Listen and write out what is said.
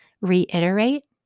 Reiterate